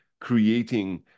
creating